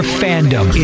fandom